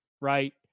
right